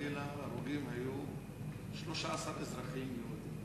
וחלילה ההרוגים היו 13 אזרחים יהודים.